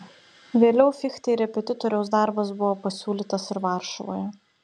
vėliau fichtei repetitoriaus darbas buvo pasiūlytas ir varšuvoje